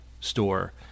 store